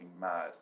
mad